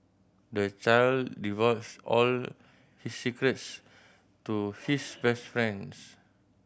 the child divulged all his secrets to his best friends